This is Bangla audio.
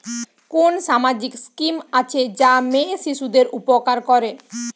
কোন সামাজিক স্কিম আছে যা মেয়ে শিশুদের উপকার করে?